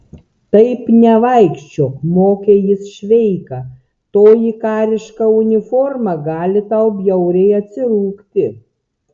taip nevaikščiok mokė jis šveiką toji kariška uniforma gali tau bjauriai atsirūgti